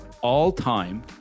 all-time